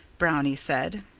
brownie said.